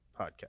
podcast